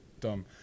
Dumb